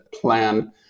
plan